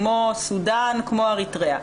כמו סודן ואריתראה.